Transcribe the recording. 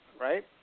right